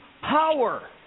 power